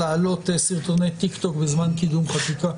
להעלות סרטוני טיק-טוק בזמן קידום חקיקה.